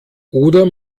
oder